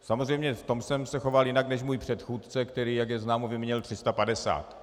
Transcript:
Samozřejmě v tom jsem se choval jinak než můj předchůdce, který, jak je známo, vyměnil 350.